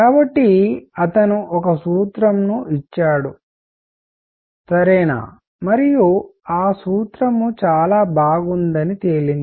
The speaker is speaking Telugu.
కాబట్టి అతను ఒక సూత్రంను ఇచ్చాడు సరేనా మరియు ఆ సూత్రం చాలా బాగుందని తేలింది